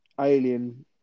alien